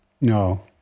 No